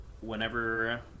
whenever